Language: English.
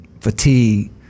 fatigue